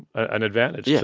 an advantage. yeah.